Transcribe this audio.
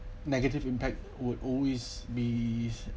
negative impact would always be